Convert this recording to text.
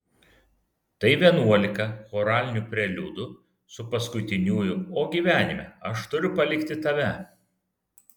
tai vienuolika choralinių preliudų su paskutiniuoju o gyvenime aš turiu palikti tave